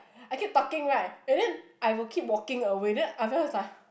I keep talking right and then I will keep walking away then Abel is like